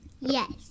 Yes